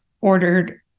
ordered